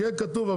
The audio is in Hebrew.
שיהיה כתוב,